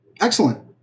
Excellent